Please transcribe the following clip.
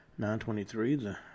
923